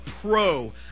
pro